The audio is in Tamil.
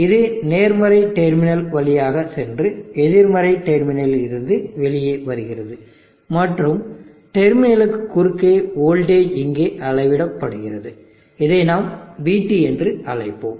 இது நேர்மறை டெர்மினல் வழியாக சென்று எதிர்மறை டெர்மினலில் இருந்து வெளியே வருகிறது மற்றும் டெர்மினலுக்கு குறுக்கே வோல்டேஜ் இங்கே அளவிடப்படுகிறது இதை நாம் vT என்று அழைப்போம்